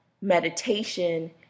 Meditation